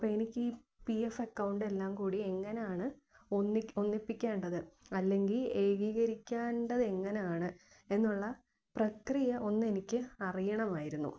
അപ്പോള് എനിക്കീ പി എഫക്കൗണ്ടെല്ലാങ്കൂടി എങ്ങനാണ് ഒന്നിപ്പിക്കേണ്ടത് അല്ലെങ്കില് ഏകീകരിക്കേണ്ടത് എങ്ങനാണ് എന്നുള്ള പ്രക്രിയ ഒന്നെനിക്ക് അറിയണമായിരുന്നു